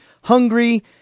hungry